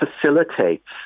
facilitates